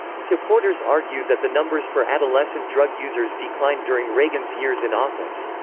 supporters argued that the numbers for adolescent drug users declined during reagan's years in office.